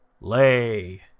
Lay